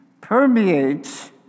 permeates